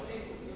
Hvala